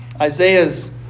Isaiah's